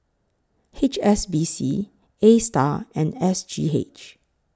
H S B C ASTAR and S G H